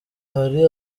hari